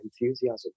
enthusiasm